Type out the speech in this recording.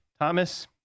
Thomas